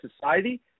society